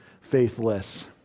faithless